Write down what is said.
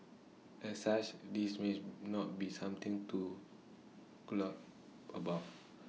as such this may not be something to gloat about